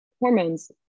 hormones